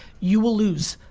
you will lose,